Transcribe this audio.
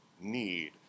need